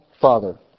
Father